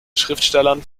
schriftstellern